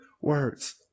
words